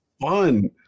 fun